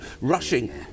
rushing